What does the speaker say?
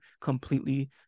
completely